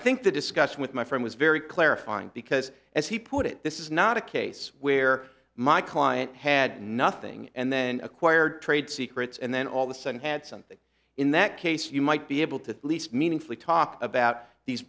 think the discussion with my firm was very clarifying because as he put it this is not a case where my client had nothing and then acquired trade secrets and then all the sudden had something in that case you might be able to at least meaningfully talk about these